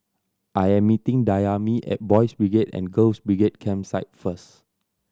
I am meeting Dayami at Boys' Brigade and Girls' Brigade Campsite first